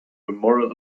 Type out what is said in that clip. moral